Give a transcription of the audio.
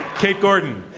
kate gordon.